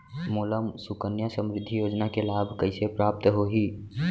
मोला सुकन्या समृद्धि योजना के लाभ कइसे प्राप्त होही?